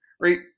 Right